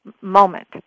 moment